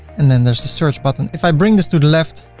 and then there's the search button. if i bring this to the left,